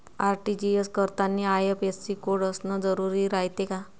RTGS करतांनी IFSC code असन जरुरी रायते का?